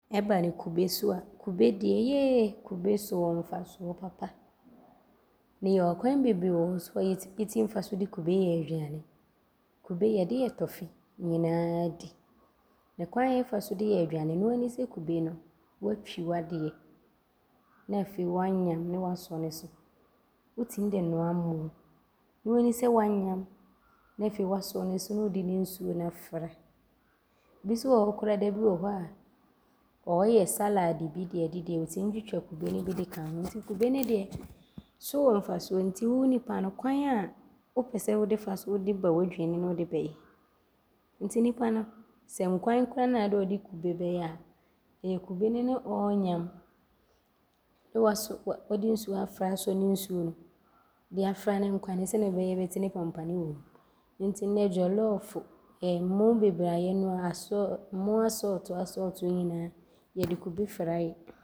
Ɔba ne kube so a, kube deɛ yeee kube so wɔ mfasoɔ papa. Yɛwɔ kwan bebree so wɔ hɔ yɛtim fa so de kube yɛ adwuma. Kube yɛde yɛ tɔfe nyinaa di. Ne kwan a yɛfa so de yɛ aduane, noaa di sɛ kube no woatwi w’adeɛ ne afei woanyam ne woasɔne so. Wotim de noa mmoo. Noaa di sɛ woanyam ne afei woasɔne so ne wode ne nsuo no afra. Bi so wɔ hɔ koraa a da bi wɔ hɔ a ɔɔyɔ salaade bi de adidi a, ɔtim twitwa kube ne bi de ka ho. Kube ne deɛ, so wɔ mfasoɔ nti wo nnipa no kwan a wopɛ sɛ wode fa so, wode ba w’aduane mu a ne wode bɛyɛ nti nnipa no, sɛ nkwan koraa ne adɛ ɔde kube bɛyɛ a, ɔyɛ kube no ne ɔɔnyam ne ɔde nsuo afra asɔne nsuo no de afra ne nkwan sɛdeɛ ɔbɛyɛ a ɔbɛte ne pampane wom nti nnɛ jɔlɔɔfo ne mmoo bebree a yɛɛnoa, mmoo asɔɔto asɔɔto nyinaa, yɛde kube fra yɛ.